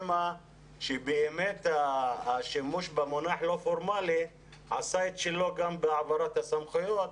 שמא השימוש במונח "בלתי פורמלי" עשה את שלו גם בהעברת הסמכויות.